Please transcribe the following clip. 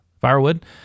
firewood